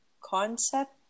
concept